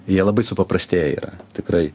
jie labai supaprastėję yra tikrai